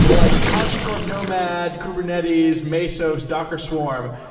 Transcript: like hashicorp nomad, kubernetes, mesos, docker swarm.